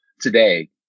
today